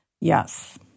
Yes